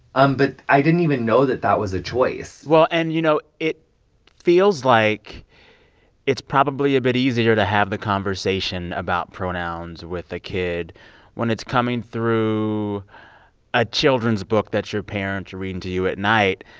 um but i didn't even know that that was a choice well, and, you know, it feels like it's probably a bit easier to have the conversation about pronouns with a kid when it's coming through a children's book that your parents are reading to you at night,